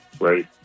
right